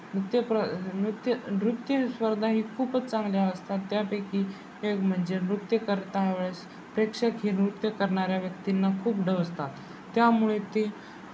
नृत्य प्र नृत्य नृत्य स्पर्धा ही खूपच चांगल्या असतात त्यापैकी एक म्हणजे नृत्य करता वेळेस प्रेक्षक हे नृत्य करणाऱ्या व्यक्तींना खूप डिवचतात त्यामुळे ते